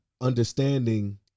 understanding